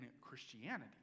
Christianity